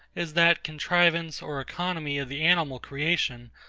is that contrivance or economy of the animal creation,